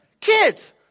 Kids